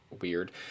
weird